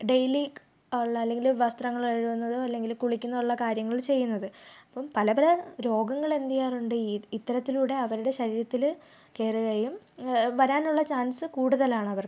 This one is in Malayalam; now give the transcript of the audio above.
ഡെയിലി ക് ഉള്ള അല്ലെങ്കിൽ വസ്ത്രങ്ങൾ കഴുകുന്നതും അല്ലെങ്കിൽ കുളിക്കുന്ന ഉള്ള കാര്യങ്ങൾ ചെയ്യുന്നത് അപ്പം പല പല രോഗങ്ങൾ എന്തുചെയ്യാറുണ്ട് ഇ ഇത്തരത്തിലൂടെ അവരുടെ ശരീരത്തിൽ കയറുകയും വരാനുള്ള ചാൻസ് കൂടുതലാണ് അവർക്ക്